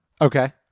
Okay